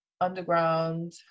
underground